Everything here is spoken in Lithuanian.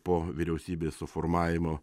po vyriausybės suformavimo